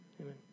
Amen